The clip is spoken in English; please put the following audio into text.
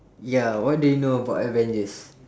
ya what do you know about avengers